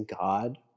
God